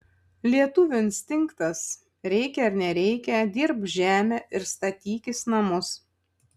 lietuvių instinktas reikia ar nereikia dirbk žemę ir statykis namus